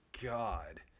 God